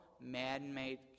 man-made